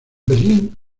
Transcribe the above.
berlín